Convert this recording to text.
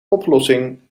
oplossing